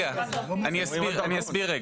אני אסביר.